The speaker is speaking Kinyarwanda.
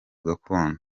gakondo